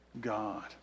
God